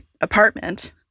apartment